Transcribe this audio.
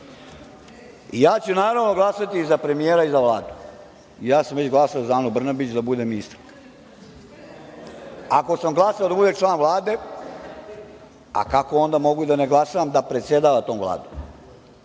pomogli. Naravno, glasaću za premijera i Vladu. Ja sam već glasao za Anu Brnabić da bude ministarka. Ako sam glasao da bude član Vlade, a kako mogu onda da ne glasam da predsedava tom vladom?